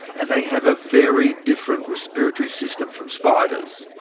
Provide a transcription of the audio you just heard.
and they have a very different respiratory system from spiders.